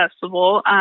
Festival